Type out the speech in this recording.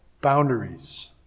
boundaries